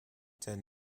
ten